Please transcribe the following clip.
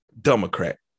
Democrat